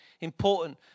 important